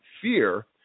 fear